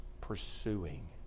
pursuing